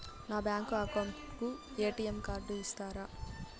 నా bank account కు ATM card ఇస్తారా